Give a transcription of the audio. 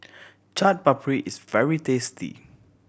Chaat Papri is very tasty